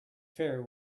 ferry